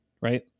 right